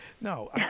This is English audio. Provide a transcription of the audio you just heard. No